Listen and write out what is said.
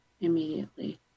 immediately